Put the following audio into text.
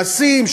מעשים,